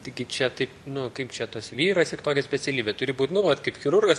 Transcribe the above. taigi čia taip nu kaip čia tas vyras ir tokią specialybę turi būti nu vat kaip chirurgas